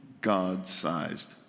God-sized